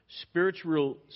spiritual